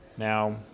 Now